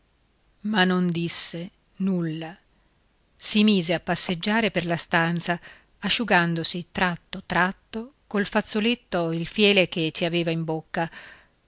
ma non disse nulla si mise a passeggiare per la stanza asciugandosi tratto tratto col fazzoletto il fiele che ci aveva in bocca